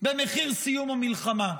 במחיר סיום המלחמה.